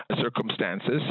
circumstances